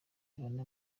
ibone